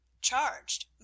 Charged